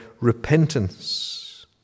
repentance